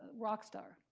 rock star.